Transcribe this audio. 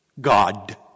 God